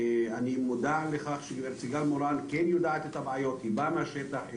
אני מודע לכך שהנציגה מורל כן מכירה את הבעיות ובאה מהשטח,